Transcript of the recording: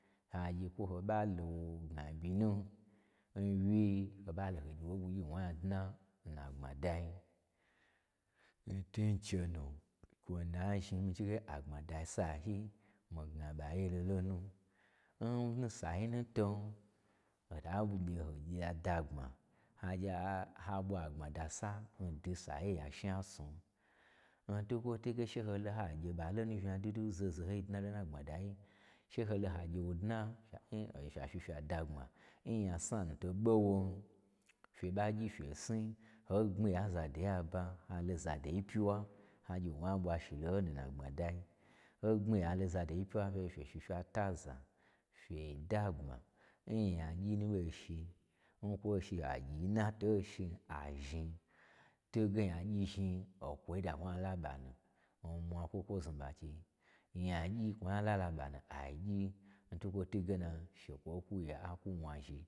Anyikwo ho ɓalo gnaɓyi nu, n wyi, ho ɓa lo ho gye woin ɓwugyi n wo nya dna n nagbmadai, n twu nche nu, kwo na zhni mii chige, agbmada sayi mii gna ɓaye lolo nu, n-n sayi nuton, ho ta gye-gye adagbma, ha gye-ha ɓwa agbmada sa n dwu sayi ya n shna snu. N twukwo twuge cheholo ha gye'ɓa lonu unya wudwu zaho zahoyi dnalo nnagbmadayi, che ho lo ha gye wo dna, fya-n-fya fyi fya dnagbma, n nya sna nu to ɓo won, fye ɓa gyi fye sni, ho gbmiyanza do yi aba, ha lo zadoyi pyiwa hagye won wo nya ɓwa shilanu n nagbmadai ho gbmiya ha lo za doyi fyiwa fye lo fye fyi fya taza, fye dnagbma n nyagyinu ɓo shi, n kwoshi agyi n na to shin, azhni n twuge nyagyi zhni okwo dan kwo nya laɓa nu amwa kwokwo znuɓa n chei nya gyin kwonya lalaɓanu agyi, ntwu kwo twuge na shekwo kwu ye akwu una zhi